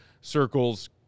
circles